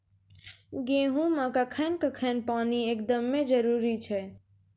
गेहूँ मे कखेन कखेन पानी एकदमें जरुरी छैय?